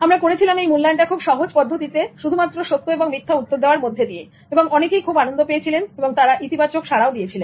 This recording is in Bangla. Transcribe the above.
আমরা করেছিলাম এই মূল্যায়নটা খুব সহজ পদ্ধতিতে শুধুমাত্র সত্য এবং মিথ্যা উত্তর দেওয়ার মধ্যে দিয়ে এবং অনেকেই খুব আনন্দ পেয়েছিলেন এবং তারা ইতিবাচকভাবে সাড়া দিয়েছিলেন